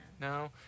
No